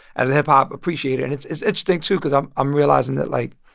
as hip-hop, appreciate it. and it's it's interesting, too, because i'm i'm realizing that, like,